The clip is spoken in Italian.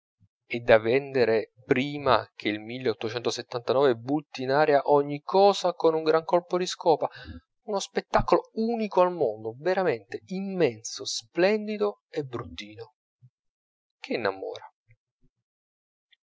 è da vendere prima che il butti in aria ogni cosa con un gran colpo di scopa uno spettacolo unico al mondo veramente immenso splendido e bruttino che innamora